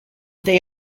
they